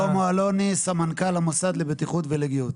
שלמה אלוני, סמנכ"ל המוסד לבטיחות ולגיהות.